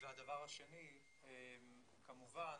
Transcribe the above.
הדבר השני, כמובן,